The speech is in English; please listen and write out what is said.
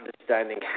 understanding